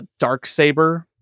Darksaber